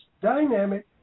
dynamic